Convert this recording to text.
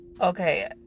okay